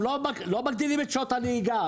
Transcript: לא מגדילים את שעות הנהיגה.